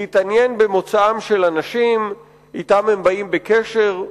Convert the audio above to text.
להתעניין במוצאם של אנשים שאתם הם באים בקשר,